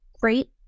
great